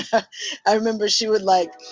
i remember she would like.